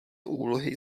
úlohy